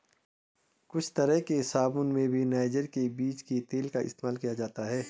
कुछ तरह के साबून में भी नाइजर के बीज के तेल का इस्तेमाल किया जाता है